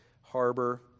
harbor